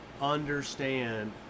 understand